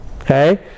okay